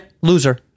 loser